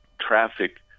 traffic